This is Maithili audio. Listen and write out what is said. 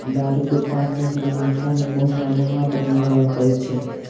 दारूक उत्पादनक लेल मिथिला मे महु वा महुआ पर निर्भर रहय पड़ैत छै